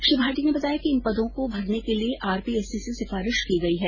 श्री भाटी ने बताया कि इन पदों को भरने के लिये आरपीएससी से सिफारिश की गई है